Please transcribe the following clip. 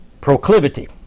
Proclivity